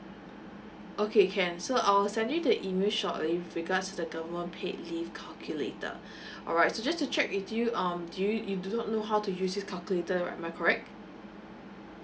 okay can so I'll send you the email shortly with regards to the government paid leave calculator alright so just to check with you um do you you do not know how to use the calculator right am I correct